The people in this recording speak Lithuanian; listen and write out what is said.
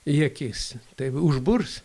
į akis tai užburs